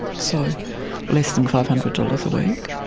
so less than five hundred dollars a week.